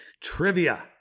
trivia